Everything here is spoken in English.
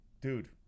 Dude